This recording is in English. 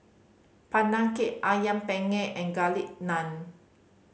Pandan Cake Ayam Penyet and Garlic Naan